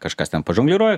kažkas ten pažongliruoja